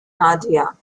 nadia